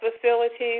facilities